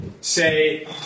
say